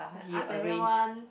like ask everyone